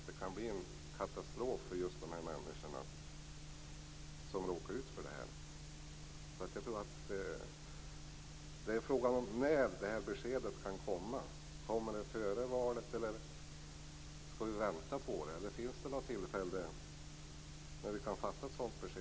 Det kan bli en katastrof för just de människor som drabbas. Frågan är när beskedet kan komma. Blir det före valet, eller skall vi behöva vänta? Finns det något tillfälle när vi kan få ett sådant besked?